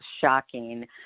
shocking